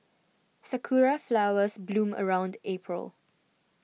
sakura flowers bloom around April